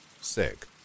sick